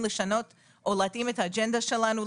ונשאלת השאלה מה הצעדים הנדרשים.